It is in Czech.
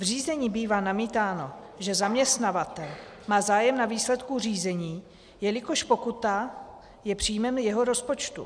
V řízení bývá namítáno, že zaměstnavatel má zájem na výsledku řízení, jelikož pokuta je příjmem jeho rozpočtu.